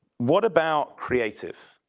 what about creative?